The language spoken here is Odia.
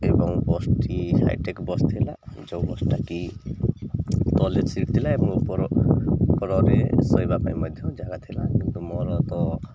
ଏବଂ ବସ୍ଟି ହାଇଟେକ୍ ବସ୍ ଥିଲା ଯେଉଁ ବସ୍ଟାକି ତଳେ ସିଟ୍ ଥିଲା ଏବଂ ଉପର ଉପରରେ ଶୋଇବା ପାଇଁ ମଧ୍ୟ ଜାଗା ଥିଲା କିନ୍ତୁ ମୋର ତ